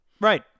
Right